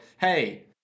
hey